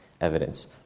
evidence